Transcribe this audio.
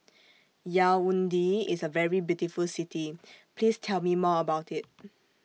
Yaounde IS A very beautiful City Please Tell Me More about IT